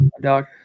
dog